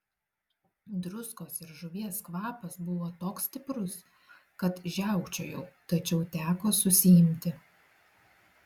druskos ir žuvies kvapas buvo toks stiprus kad žiaukčiojau tačiau teko susiimti